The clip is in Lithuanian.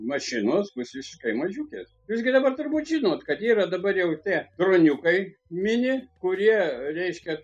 mašinos visiškai mažiukės jūs gi dabar turbūt žinot kad yra dabar jau tie droniukai mini kurie reiškia